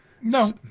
No